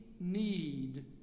need